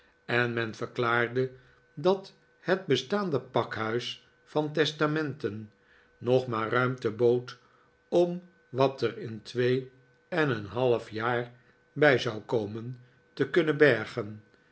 en men verklaarde dat het bestaande pakhuis van testamenten nog maar ruimte bood om wat er in twee en een half jaar bij zou komen te kunnen bergen